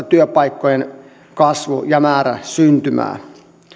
työpaikkojen kasvu ja määrä syntymään